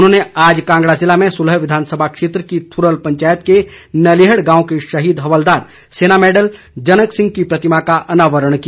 उन्होंने आज कांगड़ा जिले में सुलह विधानसभा क्षेत्र की थ्रल पंचायत के नलेहड़ गांव के शहीद हवलदार सेना मैडल जनक सिंह की प्रतिमा का अनावरण किया